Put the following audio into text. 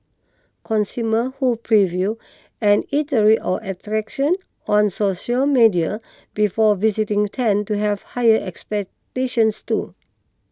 consumers who preview an eatery or attraction on social media before visiting tend to have higher expectations too